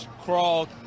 crawl